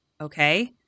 okay